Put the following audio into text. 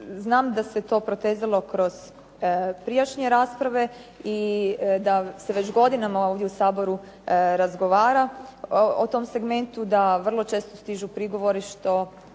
Znam da se to protezalo kroz prijašnje rasprave i da se već godinama ovdje u Saboru razgovara o tom segmentu, da vrlo čestu stižu prigovori što